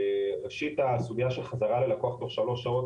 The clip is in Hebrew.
ראשית הסוגיה של חזרה ללקוח תוך שלוש שעות